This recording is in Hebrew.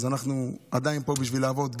אז אנחנו עדיין פה בשביל לעבוד,